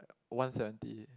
one seventy